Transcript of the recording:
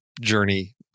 journey